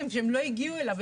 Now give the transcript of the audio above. שהם לא הגיעו אליו.